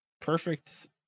perfect